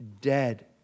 dead